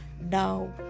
now